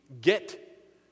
get